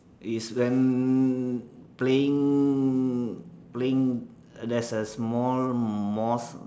is then playing playing there's a small mosque